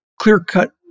clear-cut